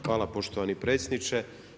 Hvala poštovani predsjedniče.